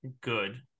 good